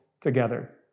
together